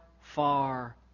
far